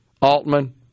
Altman